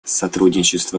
сотрудничество